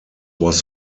was